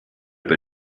have